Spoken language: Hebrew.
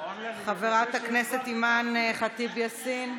חברת הכנסת אימאן ח'טיב יאסין,